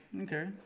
Okay